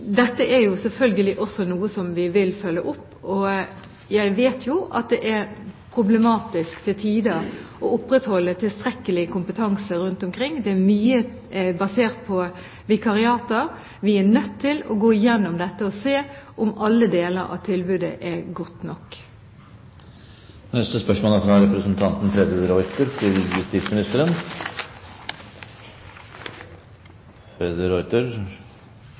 Dette er selvfølgelig også noe som vi vil følge opp. Jeg vet at det til tider er problematisk å opprettholde tilstrekkelig kompetanse rundt omkring. Det er mye basert på vikariater. Vi er nødt til å gå igjennom dette og se om alle deler av tilbudet er gode nok. Spørsmål 15 er allerede besvart. Jeg tillater meg å stille justisministeren følgende spørsmål: «En gjennomgang NRK har gjort av 75 voldsdommer fra lagmannsretten de